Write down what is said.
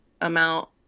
amount